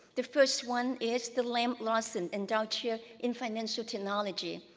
the first one is the lam-larsen endowed chair in financial technology.